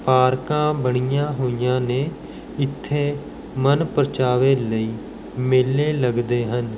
ਪਾਰਕਾਂ ਬਣੀਆ ਹੋਈਆਂ ਨੇ ਇੱਥੇ ਮਨ ਪਰਚਾਵੇ ਲਈ ਮੇਲੇ ਲੱਗਦੇ ਹਨ